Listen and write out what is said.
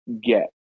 get